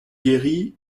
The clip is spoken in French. guérit